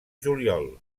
juliol